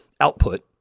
output